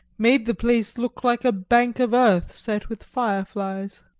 made the place look like a bank of earth set with fireflies.